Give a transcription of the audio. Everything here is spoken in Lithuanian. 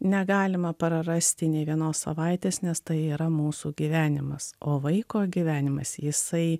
negalima prarasti nė vienos savaitės nes tai yra mūsų gyvenimas o vaiko gyvenimas jisai